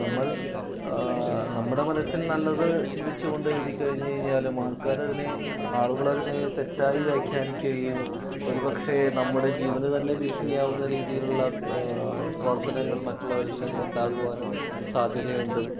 നമ്മൾ നമ്മുടെ മനസ്സിൽ നല്ലത് ചിന്തിച്ച് കൊണ്ട് എഴുതി കഴിഞ്ഞ് കഴിഞ്ഞാൽ ആൾക്കാരതിനെ ആളുകളതിനെ തെറ്റായി വ്യാഖ്യാനിക്കുകയും ഒരു പക്ഷെ നമ്മുടെ ജീവനു തന്നെ ഭീഷിണിയാകുന്ന രീതിയിലുള്ള പ്രവർത്തനങ്ങൾ മറ്റുള്ളവരിൽ നിന്നുണ്ടാകുവാനും സാധ്യതയുണ്ട്